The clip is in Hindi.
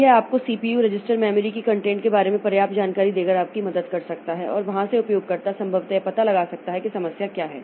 तो यह आपको सीपीयू रजिस्टर मेमोरी की कंटेंट के बारे में पर्याप्त जानकारी देकर आपकी मदद कर सकता है और वहां से उपयोगकर्ता संभवतः यह पता लगा सकता है कि समस्या क्या है